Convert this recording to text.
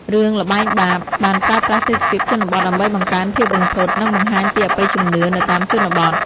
រឿង ល្បែងបាប បានប្រើប្រាស់ទេសភាពជនបទដើម្បីបង្កើនភាពរន្ធត់ និងបង្ហាញពីអបិយជំនឿនៅតាមជនបទ។